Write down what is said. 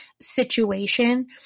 situation